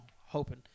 hoping